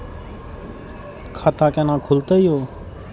खाता केना खुलतै यो